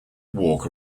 walk